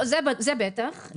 זה בטח.